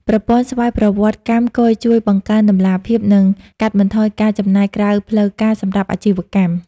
ប្រព័ន្ធស្វ័យប្រវត្តិកម្មគយជួយបង្កើនតម្លាភាព និងកាត់បន្ថយការចំណាយក្រៅផ្លូវការសម្រាប់អាជីវកម្ម។